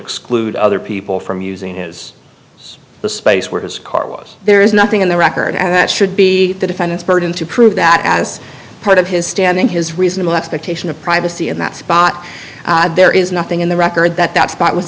exclude other people from using his space where his car was there is nothing in the record and that should be the defendant's burden to prove that as part of his standing his reasonable expectation of privacy in that spot there is nothing in the record that that